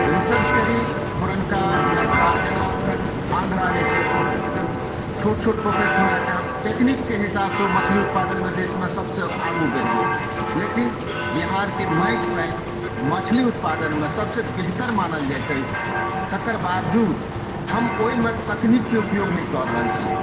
research करी पुरनका नवका जेना अखन आन्ध्रा जे छै से छोट छोट पोखरि खुनाकऽ टेक्निकके हिसाबसँ ओ मछली उत्पादनमे देसमे सभसँ आगू बढ़ि गेल लेकिन बिहारके माटि पानि मछली उत्पादनमे सबसँ बेहतर मानल जाइत अछि तकर वावजूद हम ओइमे तकनीकके उपयोग नहि कऽ रहल छी